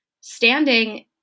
standing